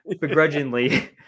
begrudgingly